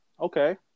Okay